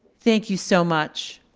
thank you so much.